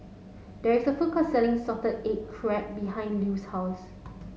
there is a food court selling salted egg crab behind Lue's house